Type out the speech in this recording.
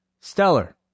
stellar